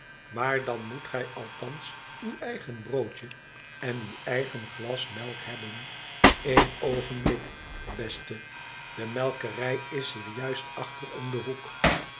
maar dan moet gij althans uw eigen broodje en uw eigen glas melk hebben één oogenblik beste de melkenj is hier juist achter om den hoek